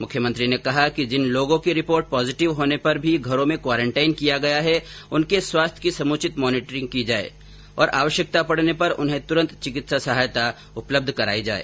मुख्यमंत्री ने कहा कि जिन लोगों की रिपोर्ट पॉजिटिव होने पर भी घरों में क्वारेंटाइन किया गया है उनके स्वास्थ्य की समुचित मॉनिटरिंग की जाए और आवश्यकता पडने पर उन्हें तुरंत चिकित्सा सहायता उपलब्ध कराई जाए